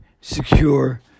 secure